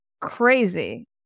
Crazy